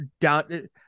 down